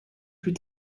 plus